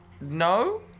no